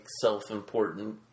self-important